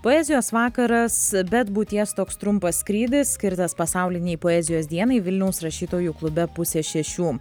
poezijos vakaras bet būties toks trumpas skrydis skirtas pasaulinei poezijos dienai vilniaus rašytojų klube pusė šešių